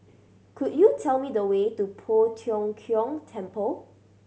could you tell me the way to Poh Tiong Kiong Temple